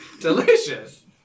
Delicious